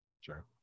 Sure